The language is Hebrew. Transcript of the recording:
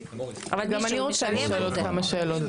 אבל גם אני רוצה לשאול עוד כמה שאלות,